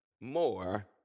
more